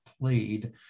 played